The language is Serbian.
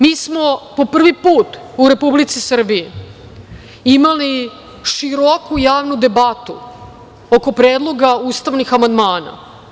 Mi smo po prvi put u Republici Srbiji, imali široku javnu debatu oko predloga ustavnih amandmana.